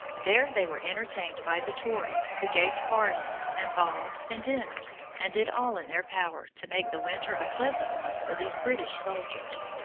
there they were entertained by the tories who gave parties, and balls and dinners, and did all in their power to make the winter a pleasant one for these british soldiers.